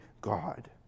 God